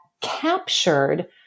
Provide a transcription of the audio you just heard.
Captured